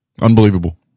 Unbelievable